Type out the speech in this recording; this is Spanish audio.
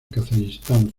kazajistán